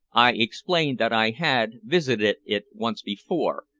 i explained that i had visited it once before,